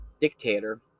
Dictator